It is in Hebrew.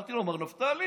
אמרתי לו: מר נפתלי,